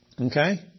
Okay